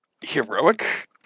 heroic